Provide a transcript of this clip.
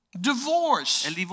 Divorce